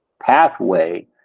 pathway